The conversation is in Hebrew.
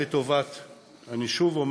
שוב אני אומר,